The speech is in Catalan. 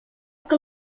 que